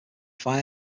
fire